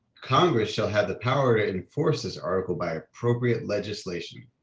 congress shall have the power to enforce this article by appropriate legislation.